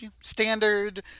standard